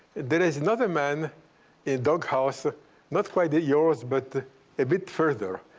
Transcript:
there is another man in dog house ah not quite yours, but a bit further.